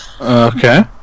Okay